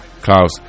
Klaus